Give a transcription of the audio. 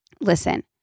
listen